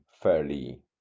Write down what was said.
fairly